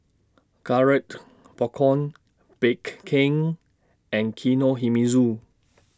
Garrett Popcorn Bake King and Kinohimitsu